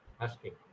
asking